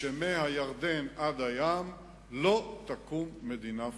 שמהירדן עד הים לא תקום מדינה פלסטינית.